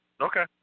Okay